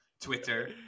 twitter